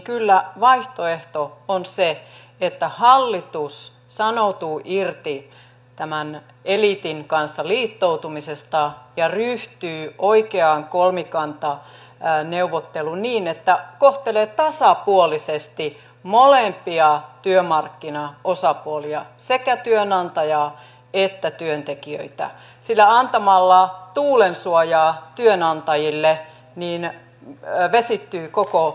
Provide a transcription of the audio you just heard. kyllä vaihtoehto on se että hallitus sanoutuu irti tämän eliitin kanssa liittoutumisesta ja ryhtyy oikeaan kolmikantaneuvotteluun niin että kohtelee tasapuolisesti molempia työmarkkinaosapuolia sekä työnantajaa että työntekijöitä sillä antamalla tuulensuojaa työnantajille vesittyy koko neuvotteleminen